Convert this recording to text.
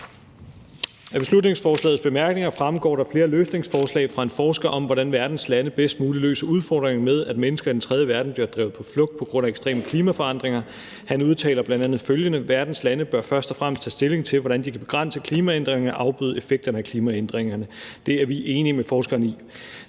Af beslutningsforslagets bemærkninger fremgår der flere løsningsforslag fra en forsker om, hvordan verdens lande bedst muligt løser udfordringen med, at mennesker i den tredje verden bliver drevet på flugt på grund af ekstreme klimaforandringer. Han udtaler bl.a. følgende: »Verdens lande bør først og fremmest tage stilling til, hvordan de kan begrænse klimaændringerne og afbøde effekterne af klimaændringerne.« Det er vi enige med forskeren i,